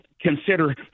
consider